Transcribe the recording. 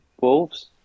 Wolves